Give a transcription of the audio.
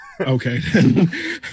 Okay